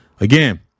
Again